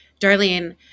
Darlene